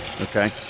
Okay